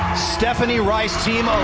stefani rice.